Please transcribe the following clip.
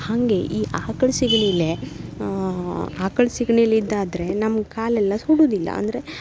ಹಾಗೆ ಈ ಆಕಳ ಸೆಗ್ಣಿಲಿ ಆಕಳ ಸೆಗ್ಣಿಲಿ ಇದಾದ್ರೆ ನಮ್ಮ ಕಾಲೆಲ್ಲ ಸುಡುವುದಿಲ್ಲ ಅಂದರೆ